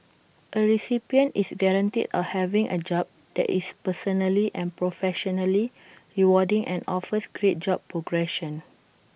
A recipient is guaranteed of having A job that is personally and professionally rewarding and offers great job progression